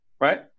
right